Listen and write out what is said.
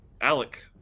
Alec